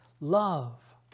Love